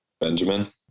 Benjamin